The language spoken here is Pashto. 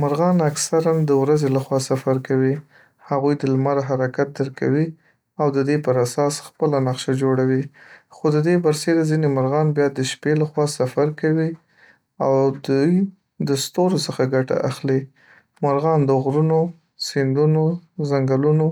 مرغان اکثراً د ورځي لخوا سفر کوی، هغوی د لمر حرکت درک کوي او د دې پر اساس خپله نقشه جوړوي. خو د دې برسیره ځیني مرغان بیا دشپی لخوا سفر کوي او دوی د ستورو څخه ګټه اخلي. مرغان د غرونو، سیندونو، ځنګلونو